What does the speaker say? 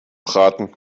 braten